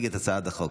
להציג את הצעת החוק,